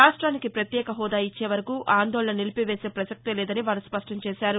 రాష్టానికి ప్రత్యేక హోదా ఇచ్చే వరకు ఆందోళన నిలిపివేసే పసక్తే లేదని వారు స్పష్టం చేశారు